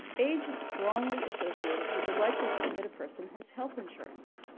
age strongly associate with the likelihood that a person has health insurance.